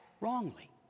wrongly